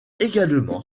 également